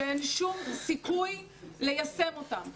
שאין שום סיכוי ליישם אותם.